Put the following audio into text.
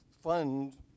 fund